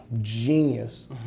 genius